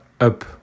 up